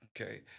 Okay